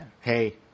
Hey